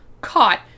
caught